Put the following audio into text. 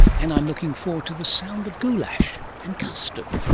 and i'm looking forward to the sound of goulash and custard.